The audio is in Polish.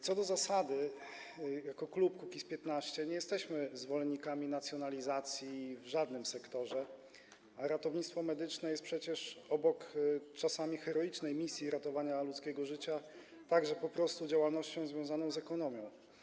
Co do zasady jako klub Kukiz’15 nie jesteśmy zwolennikami nacjonalizacji w żadnym sektorze, a ratownictwo medyczne jest przecież, obok czasami heroicznej misji ratowania ludzkiego życia, także po prostu działalnością związaną z ekonomią.